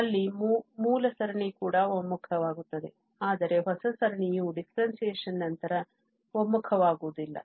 ಅಲ್ಲಿ ಮೂಲ ಸರಣಿ ಕೂಡ ಒಮ್ಮುಖ ವಾಗುತ್ತದೆ ಆದರೆ ಹೊಸ ಸರಣಿಯು differentiation ನಂತರ ಒಮ್ಮುಖ ವಾಗುವುದಿಲ್ಲ